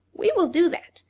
we will do that,